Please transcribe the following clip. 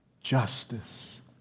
justice